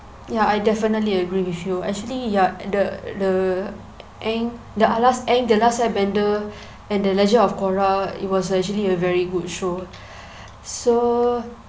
ya I definitely agree with you actually ya the the an~ the alas and the last airbender and the legend of korra it was actually a very good show so